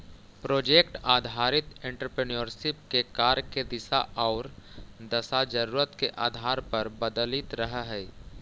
project आधारित entrepreneurship के कार्य के दिशा औउर दशा जरूरत के आधार पर बदलित रहऽ हई